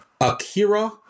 Akira